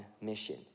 mission